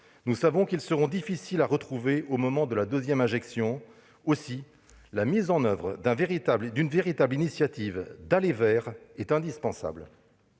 malheureusement qu'ils seront difficiles à retrouver au moment de la seconde injection. Aussi, la mise en oeuvre d'une véritable initiative « d'aller vers » est indispensable.